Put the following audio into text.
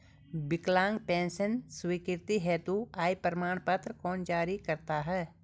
विकलांग पेंशन स्वीकृति हेतु आय प्रमाण पत्र कौन जारी करता है?